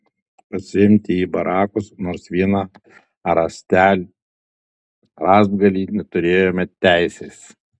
pasiimti į barakus nors vieną rąstgalį neturėjome teisės